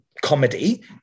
comedy